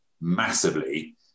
massively